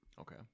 Okay